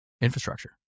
infrastructure